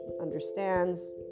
understands